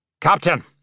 Captain